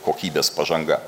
kokybės pažanga